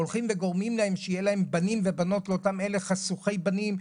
הולכים וגורמים להם שיהיו להם בנים ובנות לאותם אלה חשוכי בנים,